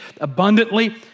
abundantly